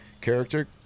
character